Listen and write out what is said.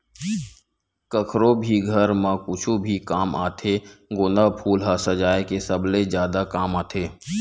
कखरो भी घर म कुछु भी काम आथे गोंदा फूल ह सजाय के सबले जादा काम आथे